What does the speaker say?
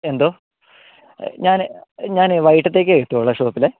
എന്തോ ഞാൻ ഞാൻ വൈകിട്ടത്തേക്ക് എത്തുകയുള്ളു ഷോപ്പിൽ